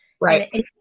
Right